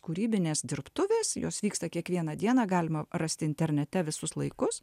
kūrybinės dirbtuvės jos vyksta kiekvieną dieną galima rasti internete visus laikus